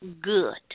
good